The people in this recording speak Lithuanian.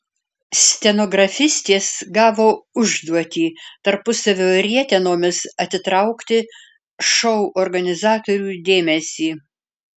stenografistės gavo užduotį tarpusavio rietenomis atitraukti šou organizatorių dėmesį